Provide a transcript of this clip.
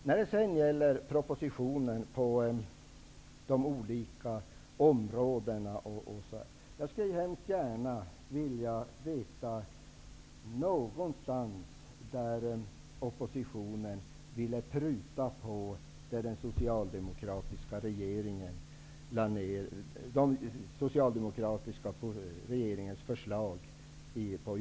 När det sedan gäller propositionen och det som sägs om de olika områdena skulle jag hemskt gärna vilja höra något område nämnas där oppositionen velat pruta i fråga om Socialdemokraternas förslag på jordbrukets område under socialdemokratisk regeringstid.